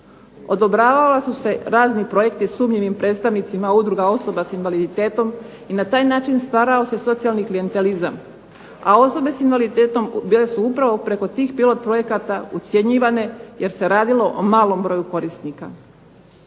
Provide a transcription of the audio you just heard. Odobravali su se razni projekti sumnjivim predstavnicima udruga osoba sa invaliditetom i na taj način stvarao se socijalni klijentelizam, a osobe sa invaliditetom bile su upravo preko tih pilot projekata ucjenjivane jer se radilo o malom broju korisnika.